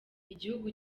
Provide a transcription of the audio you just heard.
igihugu